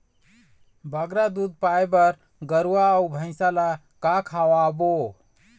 बगरा दूध पाए बर गरवा अऊ भैंसा ला का खवाबो?